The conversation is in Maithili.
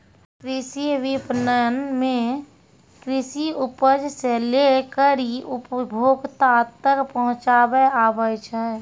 कृषि विपणन मे कृषि उपज से लै करी उपभोक्ता तक पहुचाबै आबै छै